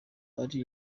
ari